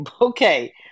okay